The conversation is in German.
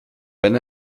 wenn